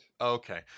Okay